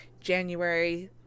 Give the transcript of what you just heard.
January